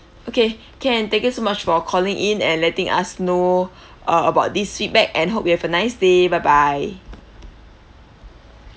okay can thank you so much for calling in and letting us know uh about this feedback and hope you have a nice day bye bye